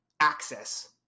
access